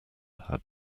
had